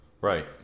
Right